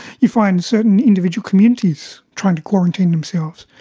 you find certain individual communities trying to quarantine themselves.